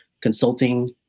consulting